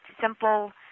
simple